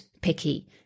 picky